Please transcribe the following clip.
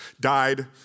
died